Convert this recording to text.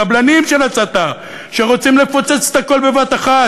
קבלנים של הצתה שרוצים לפוצץ את הכול בבת אחת.